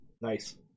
Nice